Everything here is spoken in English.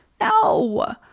No